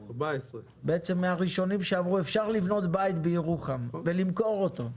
הוא בעצם מהראשונים שאמרו שאפשר לבנות בית בירוחם ולמכור אותו,